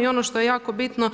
I ono što je jako bitno